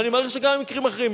אני מעריך שזה גם במקרים אחרים.